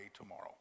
tomorrow